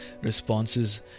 responses